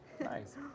nice